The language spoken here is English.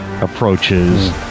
approaches